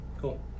Cool